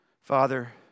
Father